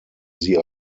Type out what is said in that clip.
sie